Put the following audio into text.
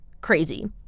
crazy